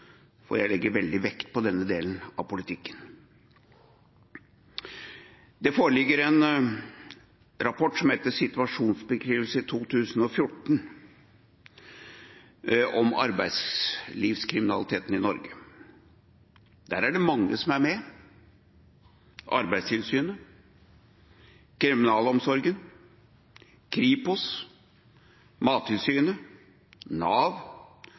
jeg legger veldig vekt på denne delen av politikken. Det foreligger en rapport som heter «Situasjonsbeskrivelse 2014 – arbeidsmarkedskriminalitet i Norge». Der er det mange som er med: Arbeidstilsynet, kriminalomsorgen, Kripos, Mattilsynet, Nav,